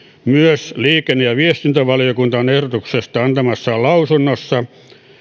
myös liikenne ja viestintävaliokunta on ehdotuksesta antamassaan lausunnossa